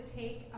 take